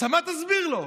מה תסביר לו?